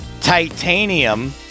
titanium